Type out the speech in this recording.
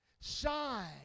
shine